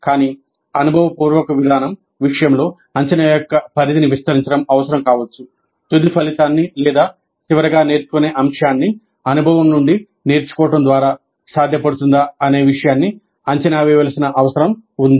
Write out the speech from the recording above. కానీ అనుభవపూర్వక విధానం విషయంలో అంచనా యొక్క పరిధిని విస్తరించడం అవసరం కావచ్చు తుది ఫలితాన్ని లేదా చివరగా నేర్చుకునే అంశాన్ని అనుభవం నుండి నేర్చుకోవడం ద్వారా సాధ్యపడుతుందా అనే విషయాన్ని అంచనా వేయవలసిన అవసరం ఉంది